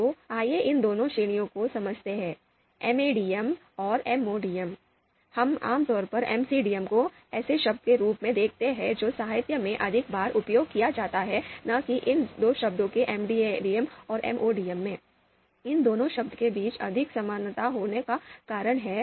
तो आइए इन दो श्रेणियों को समझते हैं MADM और MODM हम एमसीडीएम को आम तौर पर ऐसे शब्द के रूप में देखते हैं जो साहित्य में अधिक बार उपयोग किया जाता है न कि इन दोनों शब्दों में एमएडीएम और एमओडीएम इन दोनों शब्दों के बीच अधिक समानता होने का कारण है